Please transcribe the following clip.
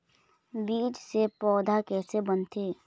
बीज से पौधा कैसे बनथे?